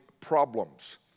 problems